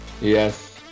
yes